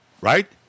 right